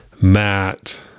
Matt